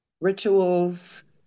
Rituals